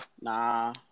Nah